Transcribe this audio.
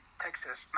Texas